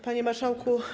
Panie Marszałku!